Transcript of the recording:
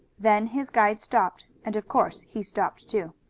then his guide stopped, and of course he stopped too.